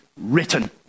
written